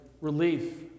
relief